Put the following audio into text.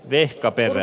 vehkaperä